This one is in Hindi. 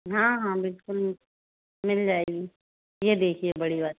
हाँ हाँ बिल्कुल मिल जाएगी ये देखिए बड़ी वाली